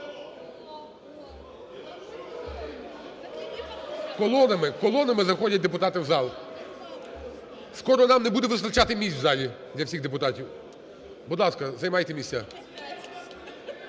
колонами заходять депутати в зал. Скоро нам не буде вистачати місць в залі для всіх депутатів. Будь ласка, займайте місця.